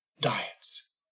diets